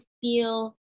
feel